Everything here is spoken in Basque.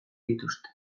dituzte